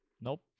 Nope